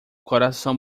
coração